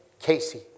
Casey